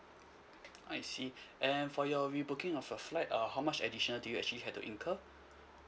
I see and for your rebooking of your flight err how much additional did you actually had to incur